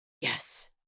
Yes